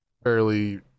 fairly